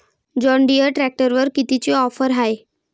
John Deere ट्रॅक्टरवर कितीची offer हाये?